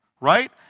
right